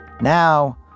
Now